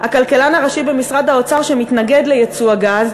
הכלכלן הראשי במשרד האוצר שמתנגד לייצוא הגז,